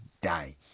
die